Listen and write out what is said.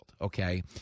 okay